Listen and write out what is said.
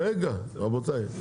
רגע, רבותיי.